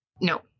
no